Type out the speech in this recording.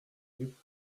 libre